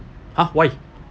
ha why